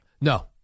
No